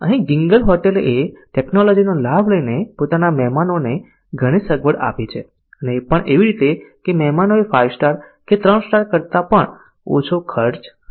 અહી Ginger hotel એ technology નો લાભ લઇ ને પોતાના મેહમાનો ને ઘણી સગવડ આપી છે અને એ પણ એવી રીતે કે મેહમાનો એ 5 સ્ટાર કે 3 સ્ટાર કરતા પણ ઓછો ખર્ચ આવે